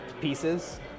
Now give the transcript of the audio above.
pieces